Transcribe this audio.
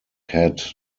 had